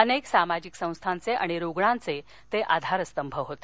अनेक सामाजिक संस्थांचे आणि रुग्णांचे ते आधारस्तंभ होते